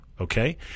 okay